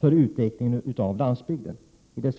för utvecklingen av landsbygden. Fru talman!